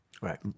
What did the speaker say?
Right